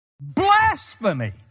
Blasphemy